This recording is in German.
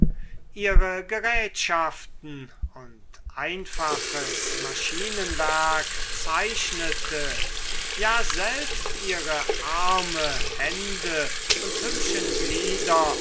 ihre gerätschaften und einfaches maschinenwerk zeichnete ja selbst ihre arme hände und hübschen glieder